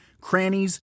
crannies